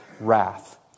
wrath